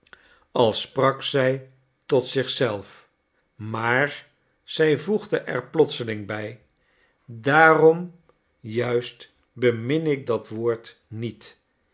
als sprak zij tot zich zelf maar zij voegde er plotseling bij daarom juist bemin ik dat woord niet